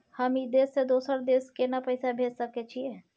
हम ई देश से दोसर देश केना पैसा भेज सके छिए?